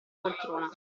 poltrona